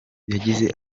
yagize